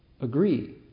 agree